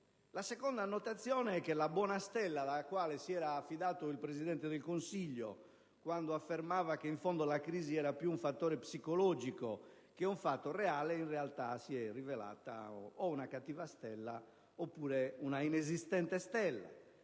La seconda annotazione è che la buona stella alla quale si era affidato il Presidente del Consiglio quando affermava che in fondo la crisi era più un fattore psicologico che un fatto reale in realtà si è rivelata una stella cattiva o inesistente: è stata